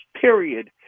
period